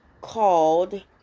called